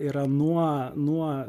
yra nuo nuo